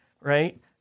right